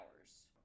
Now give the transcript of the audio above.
hours